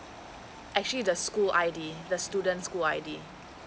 actually the school I D the student school I D